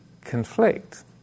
conflict